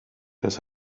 das